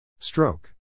Stroke